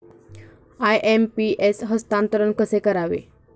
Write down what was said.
IMPS हस्तांतरण कसे करावे?